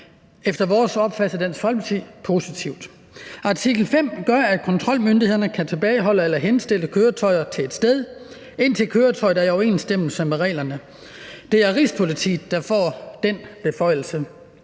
efter vores opfattelse i Dansk Folkeparti er positivt. Artikel 5 gør, at kontrolmyndighederne kan tilbageholde eller henstille køretøjer til et sted, indtil køretøjet er i overensstemmelse med reglerne. Det er Rigspolitiet, der får den beføjelse.